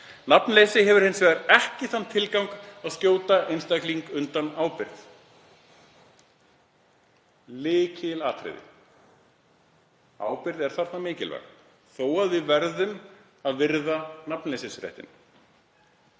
Nafnleysi hefur hins vegar ekki þann tilgang að skjóta einstaklingi undan ábyrgð. Það er lykilatriði. Ábyrgð er mikilvæg þarna þó að við verðum að virða nafnleysisréttinn.